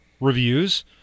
reviews